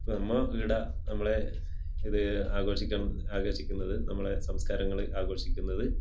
അപ്പോൾ നമ്മൾ ഈട നമ്മളെ ഇത് ആഘോഷിക്കാൻ ആഘോഷിക്കുന്നത് നമ്മളെ സംസ്കാരങ്ങൾ ആഘോഷിക്കുന്നത്